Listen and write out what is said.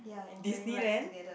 Disneyland